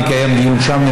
ונקיים דיון שם.